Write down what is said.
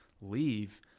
leave